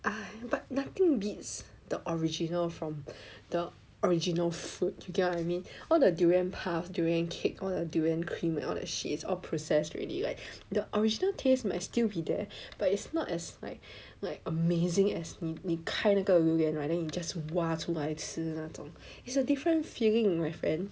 but nothing beats the original from the original fruit you get what I mean all the durian puff durian cake all the durian cream and all that shit is all processed already like the original taste might still be there but it's not as like like amazing as 你开那个榴莲 right then you just 挖出来吃那种 it's a different feeling my friend